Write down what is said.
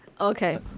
Okay